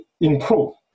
improve